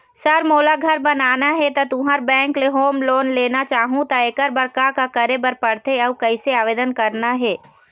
Sir मोला घर बनाना हे ता तुंहर बैंक ले होम लोन लेना चाहूँ ता एकर बर का का करे बर पड़थे अउ कइसे आवेदन करना हे?